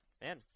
man